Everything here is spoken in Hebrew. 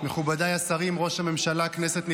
מכובדיי השרים, ראש הממשלה, כנסת נכבדה,